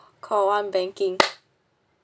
call one banking